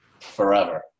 forever